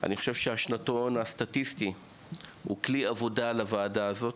אני חושב שהשנתון הסטטיסטי הוא כלי עבודה לוועדה הזאת,